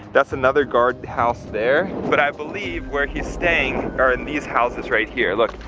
that's another guard house there. but i believe where he's staying are in these houses right here. look,